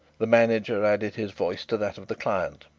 the manager added his voice to that of the client,